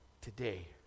today